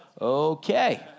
Okay